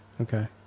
Okay